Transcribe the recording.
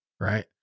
right